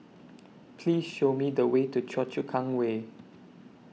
Please Show Me The Way to Choa Chu Kang Way